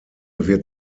wird